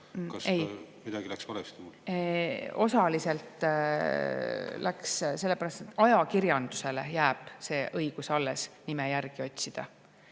Kas midagi läks valesti mul? Osaliselt läks, sellepärast, et ajakirjandusele jääb see õigus alles, nime järgi otsida.